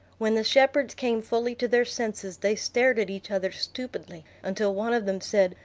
when the shepherds came fully to their senses, they stared at each other stupidly, until one of them said,